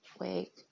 Wake